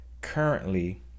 currently